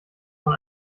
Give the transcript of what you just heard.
von